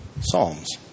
Psalms